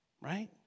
Right